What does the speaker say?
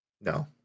No